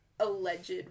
Alleged